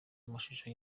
amashusho